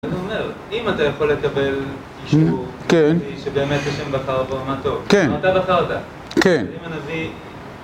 אני אומר, אם אתה יכול לקבל אישור, כן? כפי שבאמת השם בחר בו מה טוב. כן. אתה בחרת, כן, אם הנביא...